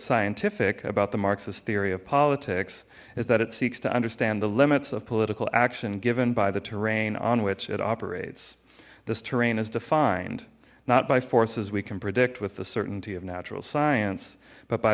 scientific about the marxist theory of politics is that it seeks to understand the limits of political action given by the terrain on which it operates this terrain is defined not by forces we can predict with the certainty of natural science but by